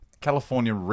California